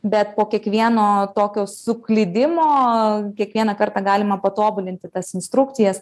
bet po kiekvieno tokio suklydimo kiekvieną kartą galima patobulinti tas instrukcijas